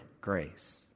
grace